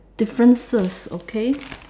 differences okay